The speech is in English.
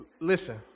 listen